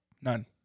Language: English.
none